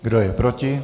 Kdo je proti?